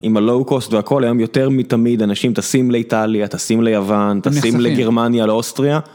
עם הלואוקוסט והכל היום יותר מתמיד אנשים טסים לאיטליה טסים ליוון תשים לגרמניה לאוסטריה.